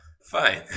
fine